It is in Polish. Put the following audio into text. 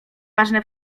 ważne